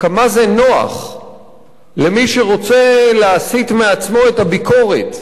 כמה נוח למי שרוצה להסיט מעצמו את הביקורת,